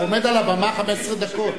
הוא עומד על הבמה 15 דקות.